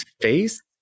face